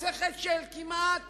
מסכת של כמעט